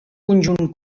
conjunt